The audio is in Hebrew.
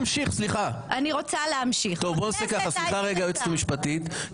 סליחה היועצת המשפטית.